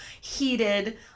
heated